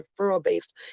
referral-based